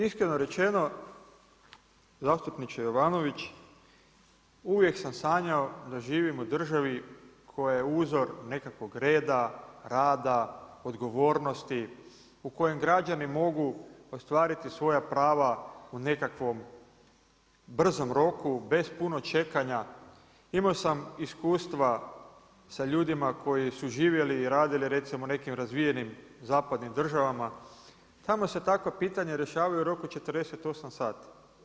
Iskreno rečeno, zastupniče Jovanović, uvijek sam sanjao da živim u državi koja je uzor nekakvog redam, rada, odgovornosti, u kojem građani mogu ostvariti svoja prava u nekakvom brzom roku, bez puno čekanja, imao sam iskustva sa ljudima koji su živjeli i radili recimo u nekim razvijenim zapadnim državama, tamo se takva pitanja rješavaju u roku 48 sati.